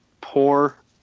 poor